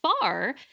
far